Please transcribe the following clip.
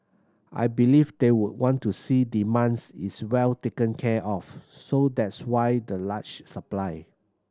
I believe they would want to see demands is well taken care of so that's why the large supply